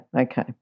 okay